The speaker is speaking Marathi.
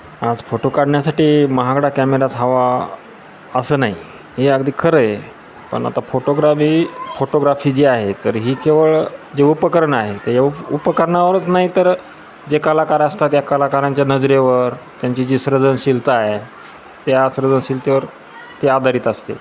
आज फोटो काढण्यासाठी महागडा कॅमेराच हवा असं नाही हे अगदी खरं आहे पण आता फोटोग्राबी फोटोग्राफी जी आहे तर ही केवळ जे उपकरण आहे ते उ उपकरणावरच नाही तर जे कलाकार असतात या कलाकारांच्या नजरेवर त्यांची जी सृजनशीलता आहे त्या सृजनशीलतेवर ते आधारित असते